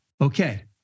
okay